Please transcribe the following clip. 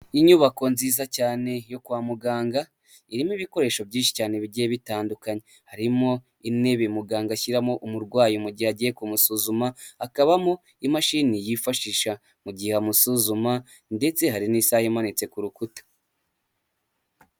Iyi nyubako nziza cyane yo kwa muganga irimo ibikoresho byinshi cyane bigiye bitandukanye. Harimo intebe muganga ashyiramo umurwayi mu gihe agiye kumusuzuma, hakabamo imashini yifashishwa mu gihe amusuzuma ndetse hari n'isaha imanitse ku rukuta.